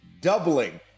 doubling